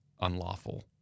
unlawful